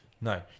No